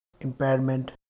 impairment